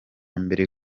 mbere